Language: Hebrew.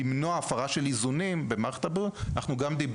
בעניין מניעת הפרה של איזונים במערכת הבריאות דיברנו